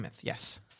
yes